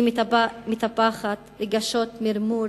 היא מטפחת רגשות מרמור,